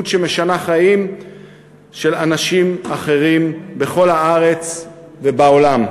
שמשנה חיים של אנשים אחרים בכל הארץ ובעולם.